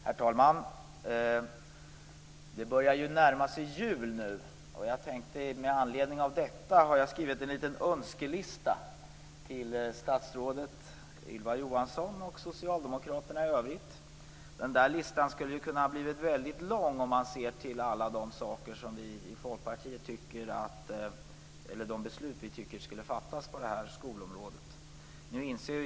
Herr talman! Det börjar ju nu närma sig jul, och jag har med anledning av detta skrivit en liten önskelista till statsrådet Ylva Johansson och socialdemokraterna i övrigt. Önskelistan skulle ha kunnat bli väldigt lång, om jag hade sett till alla de beslut som vi i Folkpartiet tycker borde fattas på det här skolområdet.